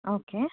okay